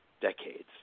decades